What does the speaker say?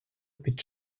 під